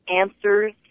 answers